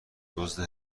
دزدی